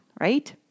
right